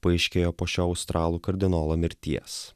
paaiškėjo po šio australų kardinolo mirties